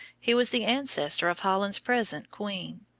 he was the ancestor of holland's present queen.